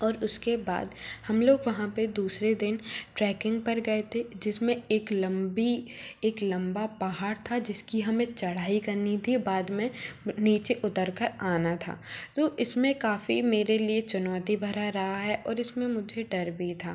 और उसके बाद हम लोग वहाँ पर दूसरे दिन ट्रैकिंग पर गए थे जिसमें एक लम्बी एक लम्बा पहाड़ था जिसकी हमें चढ़ाई करनी थी बाद में नीचे उतर कर आना था तो इसमें काफ़ी मेरे लिए चुनौती भरा रहा है और और इसमें मुझे डर भी था